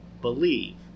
believe